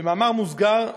במאמר מוסגר,